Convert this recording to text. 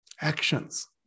actions